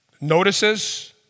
notices